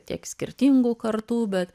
tiek skirtingų kartų bet